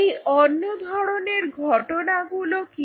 এই অন্য ধরনের ঘটনাগুলো কি